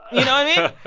i mean?